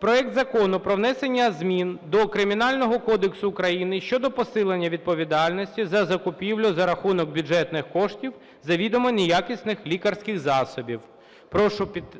проект Закону про внесення змін до Кримінального кодексу України щодо посилення відповідальності за закупівлю за рахунок бюджетних коштів завідомо неякісних лікарських засобів.